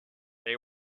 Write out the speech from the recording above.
they